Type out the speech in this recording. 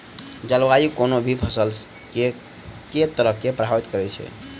जलवायु कोनो भी फसल केँ के तरहे प्रभावित करै छै?